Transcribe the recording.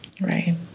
Right